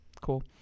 cool